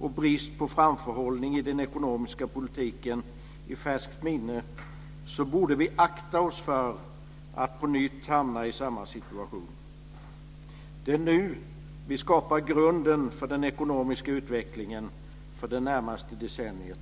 och brist på framförhållning i den ekonomiska politiken i färskt minne borde vi akta oss för att på nytt hamna i samma situation. Det är nu som vi skapar grunden för den ekonomiska utvecklingen under det närmaste decenniet.